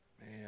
man